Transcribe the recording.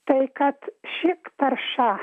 tai kad ši tarša